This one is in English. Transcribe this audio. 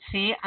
See